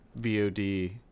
VOD